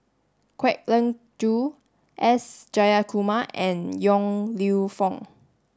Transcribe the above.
Kwek Leng Joo S Jayakumar and Yong Lew Foong